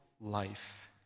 life